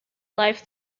life